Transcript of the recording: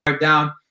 down